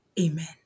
amen